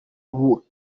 bubaka